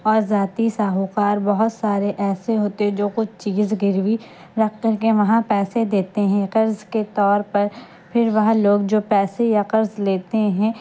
اور ذاتی ساہوکار بہت سارے ایسے ہوتے جو کچھ چیز گروی رکھ کر کے وہاں پیسے دیتے ہیں قرض کے طور پر پھر وہ لوگ جو پیسے یا قرض لیتے ہیں